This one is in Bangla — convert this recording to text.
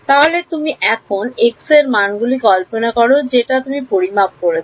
তাহলে তুমি এখন x এর মান গুলি কল্পনা করা যেটা তুমি পরিমাপ করেছ